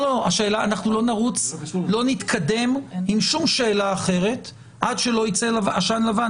אנחנו לא נתקדם עם שום שאלה אחרת עד שלא יצא עשן לבן,